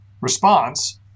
response